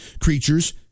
creatures